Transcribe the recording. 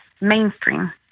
mainstream